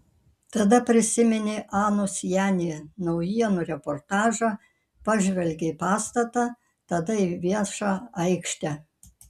tada prisiminė anos jani naujienų reportažą pažvelgė į pastatą tada į viešą aikštę